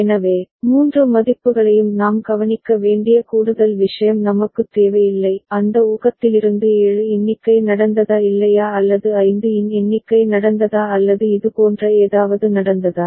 எனவே மூன்று மதிப்புகளையும் நாம் கவனிக்க வேண்டிய கூடுதல் விஷயம் நமக்குத் தேவையில்லை அந்த ஊகத்திலிருந்து 7 எண்ணிக்கை நடந்ததா இல்லையா அல்லது 5 இன் எண்ணிக்கை நடந்ததா அல்லது இதுபோன்ற ஏதாவது நடந்ததா